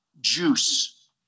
juice